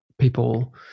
people